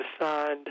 signed